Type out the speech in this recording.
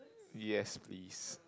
yes please